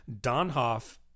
Donhoff